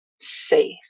safe